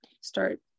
start